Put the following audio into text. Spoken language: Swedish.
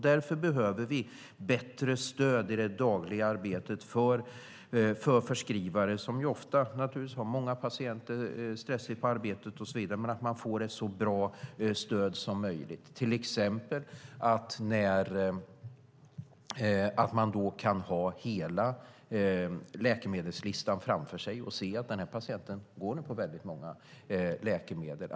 Därför behöver vi bättre stöd i det dagliga arbetet för förskrivare som ofta har många patienter och ett stressigt arbete. Till exempel ska man kunna ha hela läkemedelslistan framför sig och se att patienten går på många läkemedel.